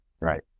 right